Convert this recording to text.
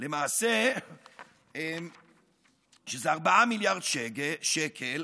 שזה למעשה 4 מיליארד שקל,